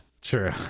true